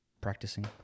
practicing